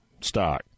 stock